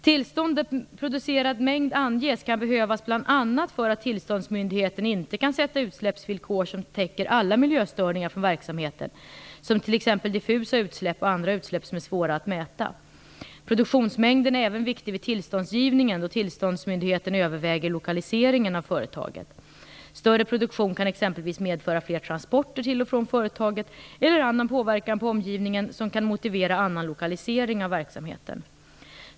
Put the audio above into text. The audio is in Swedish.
Tillstånd där producerad mängd skall anges kan behövas bl.a. därför att tillståndsmyndigheten inte kan sätta utsläppsvillkor som täcker alla miljöstörningar från verksamheten, t.ex. diffusa utsläpp och andra utsläpp som är svåra att mäta. Produktionsmängden är även viktig vid tillståndsgivningen då tillståndsmyndigheten överväger lokaliseringen av företaget. Större produktion kan t.ex. medföra fler transporter till och från företaget eller annan påverkan på omgivningen som kan motivera annan lokalisering av verksamheten.